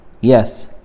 Yes